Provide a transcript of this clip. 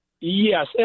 yes